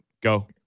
Go